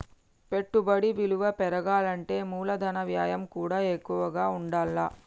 పెట్టుబడి విలువ పెరగాలంటే మూలధన వ్యయం కూడా ఎక్కువగా ఉండాల్ల